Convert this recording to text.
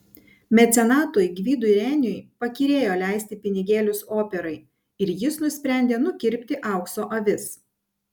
mecenatui gvidui reniui pakyrėjo leisti pinigėlius operai ir jis nusprendė nukirpti aukso avis